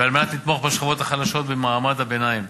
ועל מנת לתמוך בשכבות החלשות ובמעמד הביניים.